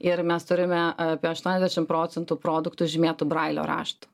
ir mes turime apie aštuoniasdešimt procentų produktų žymėtų brailio raštu